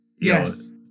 Yes